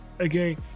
okay